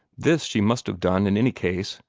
this she must have done in any case,